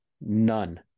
None